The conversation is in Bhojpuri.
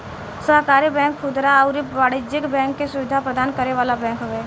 सहकारी बैंक खुदरा अउरी वाणिज्यिक बैंकिंग के सुविधा प्रदान करे वाला बैंक हवे